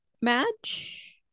match